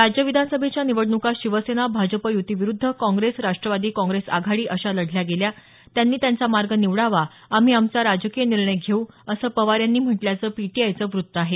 राज्य विधानसभेच्या निवडण्का शिवसेना भाजप युती विरुद्ध काँग्रेस राष्ट्रवादी काँग्रेस आघाडी अशा लढल्या गेल्या त्यांनी त्यांचा मार्ग निवडावा आम्ही आमचा राजकीय निर्णय घेऊ असं पवार यांनी म्हटल्याचं पीटीआयचं वृत्त आहे